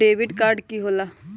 Debit card की होला?